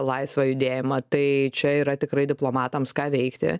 laisvą judėjimą tai čia yra tikrai diplomatams ką veikti